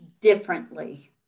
differently